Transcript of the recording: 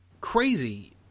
crazy